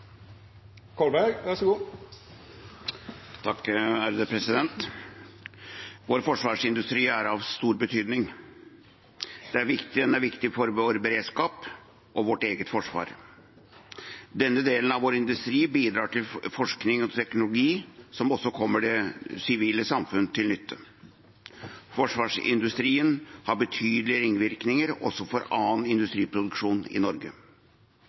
viktig for vår beredskap og vårt eget forsvar. Denne delen av vår industri bidrar til forskning og teknologi som også kommer det sivile samfunn til nytte. Forsvarsindustrien har betydelige ringvirkninger også for annen industriproduksjon i